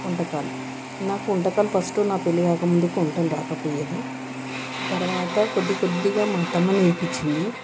వంటకాలు నాకు వంటకాలు ఫస్టు నా పెళ్లి కాకముందు వంటలు రాకపోయేది తర్వాత కొద్ది కొద్దిగా మా అత్తమ్మ నేర్పించింది